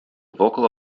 vocal